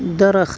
درخت